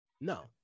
no